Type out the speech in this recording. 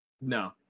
no